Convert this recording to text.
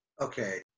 Okay